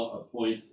appoint